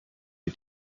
die